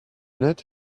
not